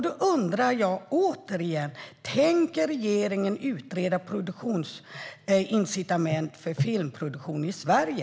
Då undrar jag återigen: Tänker regeringen utreda produktionsincitament för filmproduktion i Sverige?